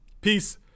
peace